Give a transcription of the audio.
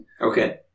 Okay